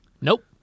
Nope